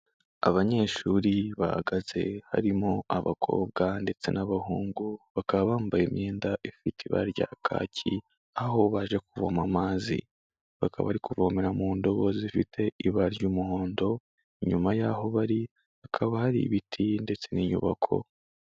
Abanyeshuri bahagaze, harimo abakobwa ndetse n'abahungu, bakaba bambaye imyenda ifite ibara rya kaki, aho baje kuvoma amazi, bakaba bari kuvomera mu ndobo zifite ibara ry'umuhondo, inyuma y'aho bari hakaba hari ibiti ndetse n'inyubako.